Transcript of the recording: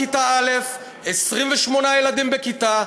כיתה א' 28 ילדים בכיתה,